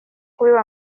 kubiba